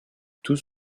tous